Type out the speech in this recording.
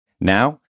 Now